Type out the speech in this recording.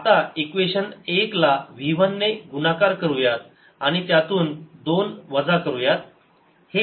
v2EI ERv1ET आता equation एक ला v 1 ने गुणाकार करूयात आणि त्यातून इक्वेशन दोन वजा करूयात